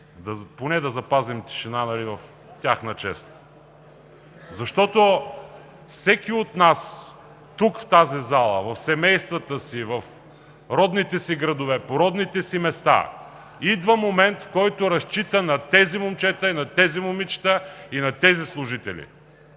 Поне да запазим тишина в тяхна чест, защото за всеки от нас в залата, в семействата си, в родните си градове, по родните си места идва момент, в който разчита на тези момчета, на тези момичета и на тези служители.